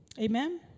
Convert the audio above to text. Amen